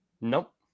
Nope